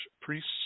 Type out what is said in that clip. priests